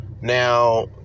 Now